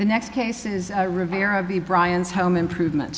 the next case is rivera v brian's home improvement